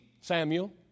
samuel